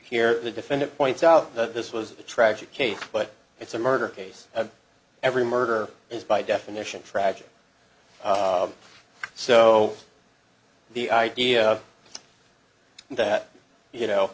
here the defendant points out that this was a tragic case but it's a murder case of every murder is by definition tragic so the idea that you know